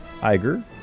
Iger